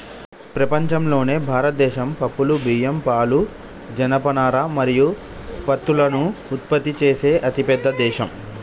ప్రపంచంలోనే భారతదేశం పప్పులు, బియ్యం, పాలు, జనపనార మరియు పత్తులను ఉత్పత్తి చేసే అతిపెద్ద దేశం